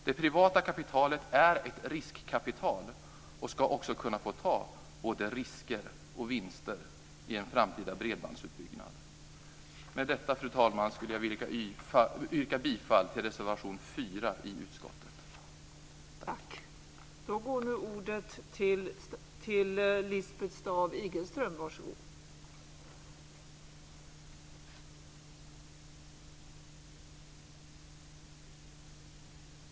Det privata kapitalet är ett riskkapital och ska också kunna få ta både risker och vinster i en framtida bredbandsutbyggnad. Med detta, fru talman, skulle jag vilja yrka bifall till reservation 4 i utskottets betänkande.